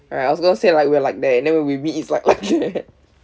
alright I was going to say we're like that and then when we meet it's like like that